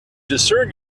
discern